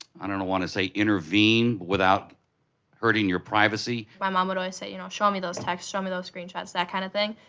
i don't want to say intervene, without hurting your privacy? my mom would always say, you know show me those texts, show me those screenshots, that kind of thing,